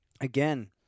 again